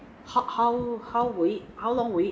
how how how will it how long will it